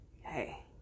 hey